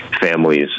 families